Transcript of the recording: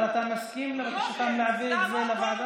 סגן השר, אתה מסכים לבקשתם להעביר את זה לוועדה?